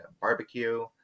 barbecue